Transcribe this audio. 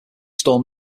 storm